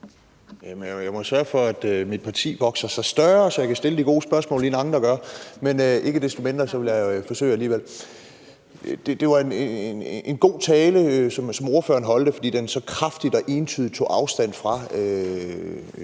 Jeg må sørge for, at mit parti vokser sig større, så jeg kan stille de gode spørgsmål, inden andre gør det. Men ikke desto mindre vil jeg alligevel forsøge. Det var en god tale, som ordføreren holdt, fordi den så kraftigt og entydigt tog afstand fra